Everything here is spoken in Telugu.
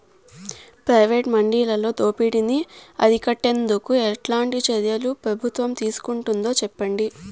ప్రైవేటు మండీలలో దోపిడీ ని అరికట్టేందుకు ఎట్లాంటి చర్యలు ప్రభుత్వం తీసుకుంటుందో చెప్పండి?